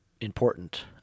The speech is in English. important